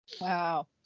Wow